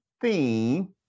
theme